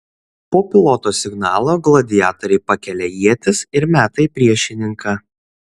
po piloto signalo gladiatoriai pakelia ietis ir meta į priešininką